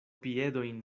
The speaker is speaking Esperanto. piedojn